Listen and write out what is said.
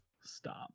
stop